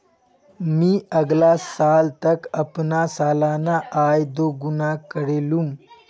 मी अगला साल तक अपना सालाना आय दो गुना करे लूम